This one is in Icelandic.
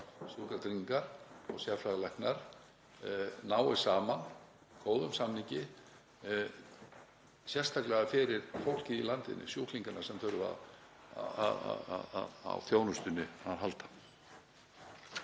Sjúkratryggingar og sérfræðilæknar nái saman góðum samningi, sérstaklega fyrir fólkið í landinu, sjúklingana sem þurfa á þjónustunni að halda.